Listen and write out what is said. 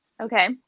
Okay